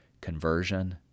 conversion